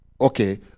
okay